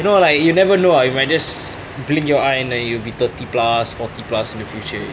you know like you never know you might just blink your eye and then you be thirty plus forty plus in the future